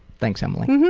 thanks emily.